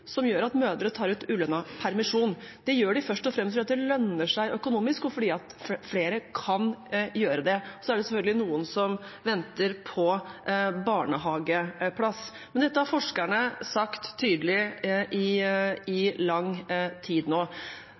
som gjør at mødre tar ut ulønnet permisjon – det gjør de først og fremst fordi det lønner seg økonomisk og fordi flere kan gjør det. Så er det selvfølgelig noen som venter på barnehageplass. Men dette har forskerne sagt tydelig i lang tid nå.